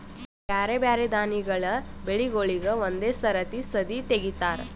ಬ್ಯಾರೆ ಬ್ಯಾರೆ ದಾನಿಗಳ ಬೆಳಿಗೂಳಿಗ್ ಒಂದೇ ಸರತಿ ಸದೀ ತೆಗಿತಾರ